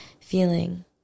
feeling